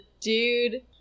dude